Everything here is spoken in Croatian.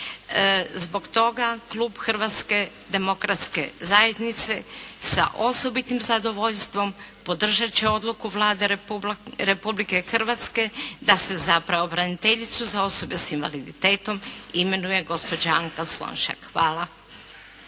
Zbog toga Klub Hrvatske demokratske zajednice sa osobitim zadovoljstvom podržati će odluku Vlade Republike Hrvatske da se za pravobraniteljicu za osobe sa invaliditetom imenuje gospođa Anka Slonjšak.